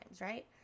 right